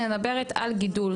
אני מדברת על גידול.